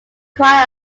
crying